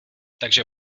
takže